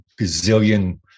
gazillion